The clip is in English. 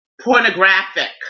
pornographic